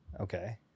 Okay